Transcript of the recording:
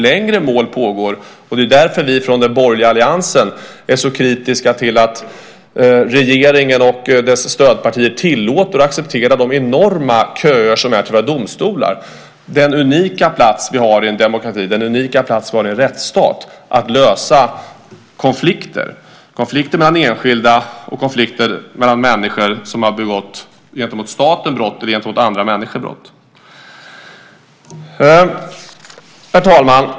Det är därför vi från den borgerliga alliansen är så kritiska till att regeringen och dess stödpartier tillåter och accepterar de enorma köer som finns till våra domstolar, den unika plats vi har i en demokrati och en rättsstat att lösa konflikter mellan enskilda och konflikter då människor har begått brott gentemot staten eller gentemot andra människor. Herr talman!